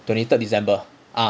twenty third december ah